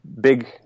Big